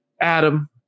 Adam